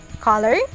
color